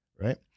Right